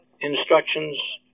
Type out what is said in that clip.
instructions